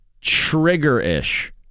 trigger-ish